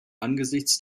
angesichts